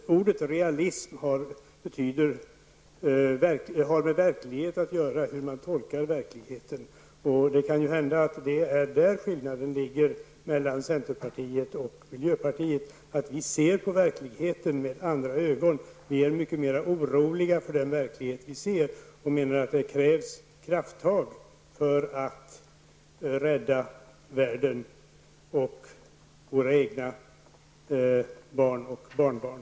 Ordet realism har med hur man tolkar verkligheten att göra. Det kan hända att det är där skillnaden ligger mellan centerpartiet och miljöpartiet, nämligen att vi ser på verkligheten med andra ögon. Vi är mycket mer oroliga för den verklighet vi lever i och menar att det krävs krafttag för att rädda världen och våra egna barn och barnbarn.